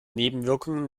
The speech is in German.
nebenwirkungen